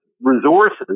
resources